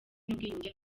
n’ubwiyunge